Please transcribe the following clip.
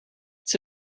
it’s